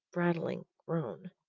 rattling groan.